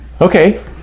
Okay